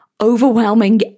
overwhelming